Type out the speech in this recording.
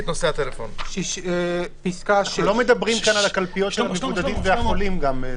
חשוב להדגיש שלא מדברים רק על הקלפיות למבודדים וחולים.